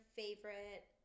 favorite